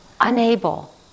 unable